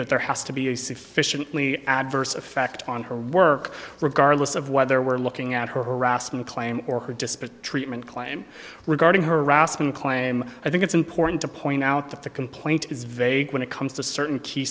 that there has to be a sufficiently adverse effect on her work regardless of whether we're looking at her harassment claim or her disparate treatment claim regarding harassment claim i think it's important to point out that the complaint is vague when it comes to certain key